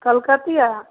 कलकतिआ